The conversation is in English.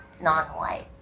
non-white